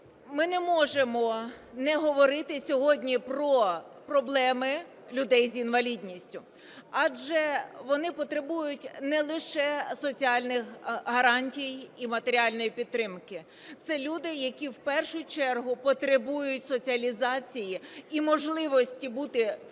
ми не можемо не говорити сьогодні про проблеми людей з інвалідністю, адже вони потребують не лише соціальних гарантій і матеріальної підтримки. Це люди, які в першу чергу потребують соціалізації і можливості бути включеними